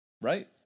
Right